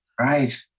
Right